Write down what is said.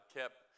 kept